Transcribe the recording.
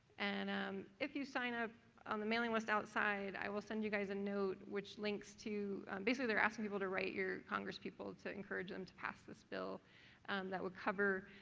and um if you sign up on the mailing list outside, i will send you guys a note which links to basically they're asking people to write your congress people to encourage them to pass this bill that would cover